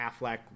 Affleck